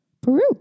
Peru